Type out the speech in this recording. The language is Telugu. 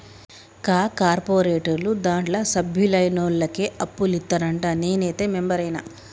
కా కార్పోరేటోళ్లు దాంట్ల సభ్యులైనోళ్లకే అప్పులిత్తరంట, నేనైతే మెంబరైన